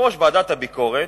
יושב-ראש ועדת הביקורת,